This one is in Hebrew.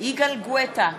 יגאל גואטה,